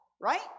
right